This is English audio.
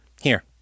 Here